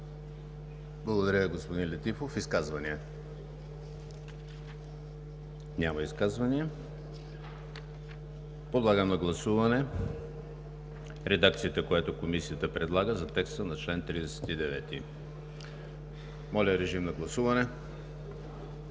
Благодаря, господин Летифов. Изказвания? Няма изказвания. Подлагам на гласуване редакцията, която Комисията предлага, за текста на чл. 50. Гласували